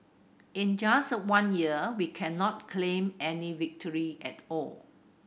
in just one year we cannot claim any victory at all